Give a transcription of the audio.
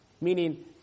Meaning